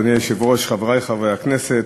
אדוני היושב-ראש, חברי חברי הכנסת,